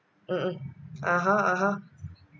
(uh huh) (uh huh)